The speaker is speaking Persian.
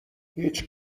هیچ